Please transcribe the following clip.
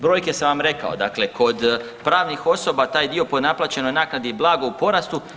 Brojke sam vam rekao, dakle kod pravnih osoba taj dio po naplaćenoj naknadi je blago u porastu.